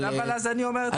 בסדר.